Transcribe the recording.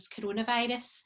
coronavirus